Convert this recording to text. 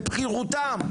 בבכירותם,